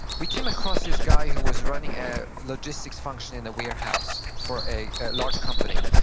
we came across this guy who was running a logistics function in a warehouse for a large company,